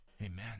Amen